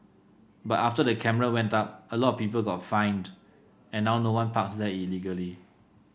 but after the camera went up a lot of people got fined and now no one parks there illegally